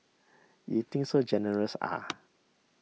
you think so generous ah